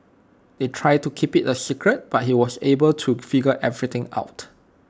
they tried to keep IT A secret but he was able to figure everything out